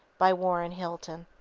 by warren hilton